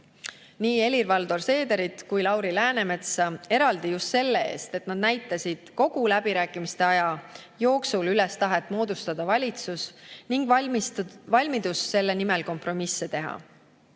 nii Helir-Valdor Seederit kui ka Lauri Läänemetsa, eraldi just selle eest, et nad näitasid kogu läbirääkimiste aja jooksul üles tahet moodustada valitsus ning valmidust selle nimel kompromisse teha.